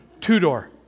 two-door